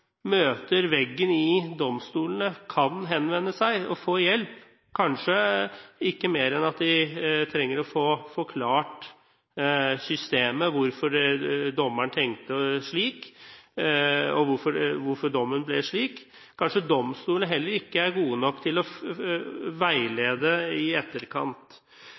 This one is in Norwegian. møter veggen i domstolene, kan henvende seg og få hjelp – kanskje ikke mer enn at de trenger å få forklart systemet, hvorfor dommeren tenkte slik, og hvorfor dommen ble slik. Kanskje domstolene heller ikke er gode nok til å veilede i etterkant.